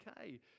okay